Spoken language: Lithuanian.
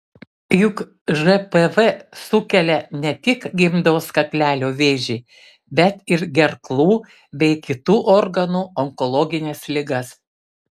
juk žpv sukelia ne tik gimdos kaklelio vėžį bet ir gerklų bei kitų organų onkologines ligas